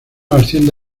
asciende